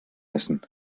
essen